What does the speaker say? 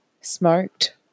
smoked